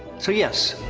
so yes,